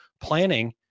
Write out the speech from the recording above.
planning